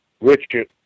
Richard